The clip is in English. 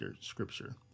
scripture